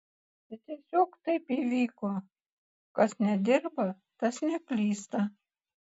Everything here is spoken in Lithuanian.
čia tiesiog taip įvyko kas nedirba tas neklysta